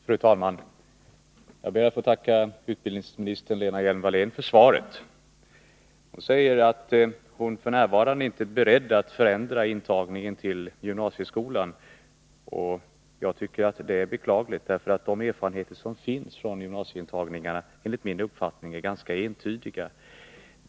Fru talman! Jag ber att få tacka utbildningsminister Lena Hjelm-Wallén för svaret. Utbildningsministern säger att hon f.n. inte är beredd att förändra systemet för intagning till gymnasieskolan. Jag tycker det är beklagligt, eftersom erfarenheterna från intagningarna enligt min uppfattning är ganska entydiga.